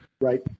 Right